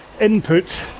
input